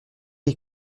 les